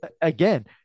again